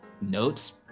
notes